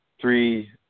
three